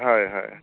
হয় হয়